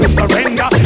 surrender